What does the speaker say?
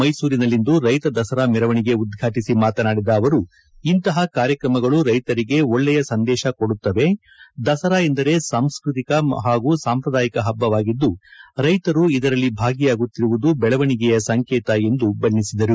ಮೈಸೂರಿನಲ್ಲಿಂದು ರೈತ ದಸರಾ ಮೆರವಣಿಗೆ ಉದ್ಘಾಟಿಸಿ ಮಾತನಾಡಿದ ಅವರು ಇಂತಹ ಕಾರ್ಯಕ್ರಮಗಳು ರೈತರಿಗೆ ಒಳ್ಳೆಯ ಸಂದೇಶ ಕೊಡುತ್ತವೆ ದಸರಾ ಎಂದರೆ ಸಾಂಸ್ಕೃತಿ ಹಾಗೂ ಸಾಂಪ್ರದಾಯಿಕ ಹಬ್ಬವಾಗಿದ್ದು ರೈತರು ಇದರಲ್ಲಿ ಭಾಗಿಯಾಗುತ್ತಿರುವುದು ಬೆಳವಣಿಗೆಯ ಸಂಕೇತ ಎಂದು ಬಣ್ಣಿಸಿದರು